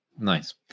Nice